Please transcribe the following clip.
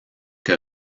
que